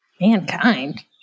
Mankind